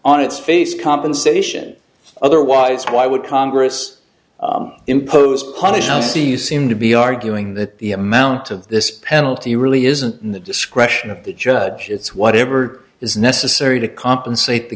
on its face compensation otherwise why would congress impose punishments the seem to be arguing that the amount of this penalty really isn't in the discretion of the judge it's whatever is necessary to compensate the